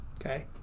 okay